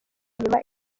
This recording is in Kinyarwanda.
inyuma